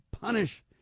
punish